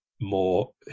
more